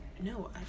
No